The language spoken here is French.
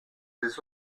des